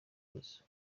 yesu